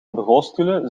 bureaustoelen